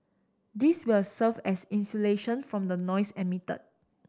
this will serve as insulation from the noise emitted